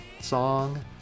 song